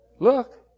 Look